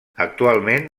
actualment